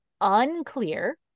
Unclear